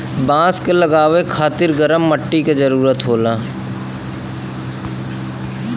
बांस क लगावे खातिर गरम मट्टी क जरूरत होला